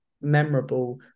memorable